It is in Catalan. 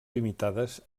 limitades